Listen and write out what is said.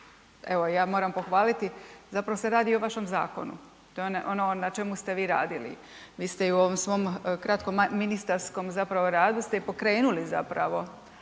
evo ja moram pohvaliti, zapravo se radi i o vašem zakonu. To je ono na čemu ste vi radili, vi ste i u ovom svom kratkom ministarskom zapravo radu ste i pokrenuli zapravo